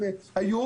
היו